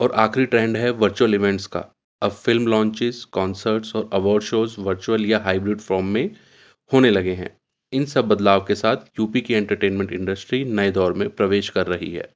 اور آخری ٹرینڈ ہے ورچوئل ایوونٹس کا اب فلم لانچز کانسرٹس اور اوارڈ شوز ورچوئل یا ہائبرڈ فارم میں ہونے لگے ہیں ان سب بدلاؤ کے ساتھ یو پی کے انٹرٹینمنٹ انڈسٹری نئے دور میں پرویش کر رہی ہے